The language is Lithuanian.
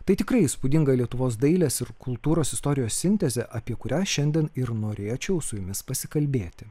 tai tikrai įspūdinga lietuvos dailės ir kultūros istorijos sintezė apie kurią šiandien ir norėčiau su jumis pasikalbėti